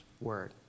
word